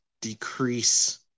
decrease